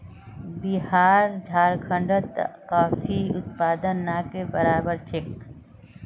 बिहार आर झारखंडत कॉफीर उत्पादन ना के बराबर छेक